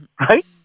right